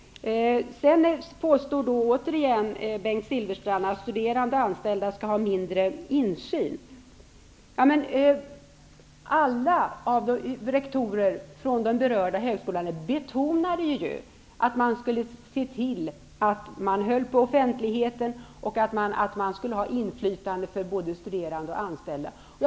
Bengt Silfverstrand påstår återigen att studerande och anställda kommer att få mindre insyn. Men alla rektorer från de berörda högskolorna betonade ju att man skulle se till att hålla på offentligheten och att både studerande och anställda skulle få inflytande.